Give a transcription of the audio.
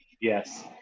Yes